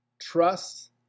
trust